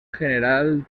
general